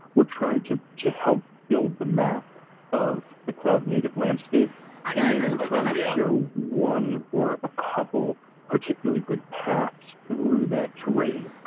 we're trying to to help build the map of the cloud native landscape and then we're trying to share one or a couple particularly good paths through that terrain,